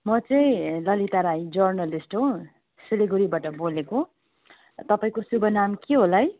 म चाहिँ ललिता राई जर्नलिस्ट हो सिलगढीबाट बोलेको तपाईँको शुभ नाम के होला है